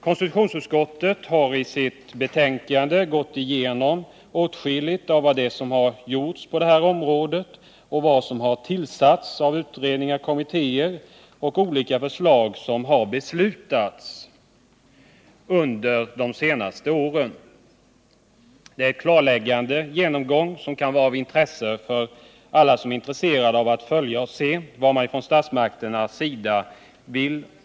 Konstitutionsutskottet har i sitt betänkande gått igenom åtskilliga av de förslag som utredningar och kommittéer både arbetar med och lagt fram och sådant som det fattats beslut om under de senaste åren. Det är en klarläggande genomgång som kan vara av intresse för alla som vill följa utvecklingen vad beträffar åtgärder från statsmakternas sida.